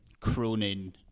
Cronin